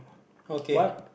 okay